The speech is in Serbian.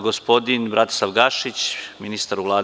Gospodin Bratislav Gašić, ministar u Vladi.